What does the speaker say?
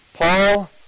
Paul